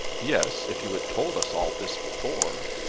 yes if you had told us all this before.